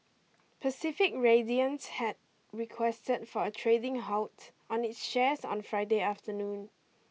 Pacific Radiance had requested for a trading halt on its shares on Friday afternoon